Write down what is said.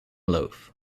loaf